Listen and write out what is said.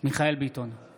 מיכאל מרדכי ביטון,